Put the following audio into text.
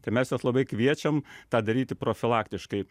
tai mes juos labai kviečiam tą daryti profilaktiškai